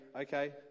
okay